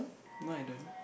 no I don't